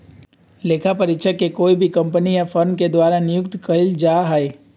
लेखा परीक्षक के कोई भी कम्पनी या फर्म के द्वारा नियुक्त कइल जा हई